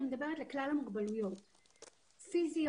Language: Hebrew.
אני מדברת על כלל המוגבלויות פיזיות,